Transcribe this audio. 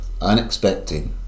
unexpected